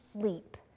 sleep